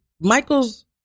Michael's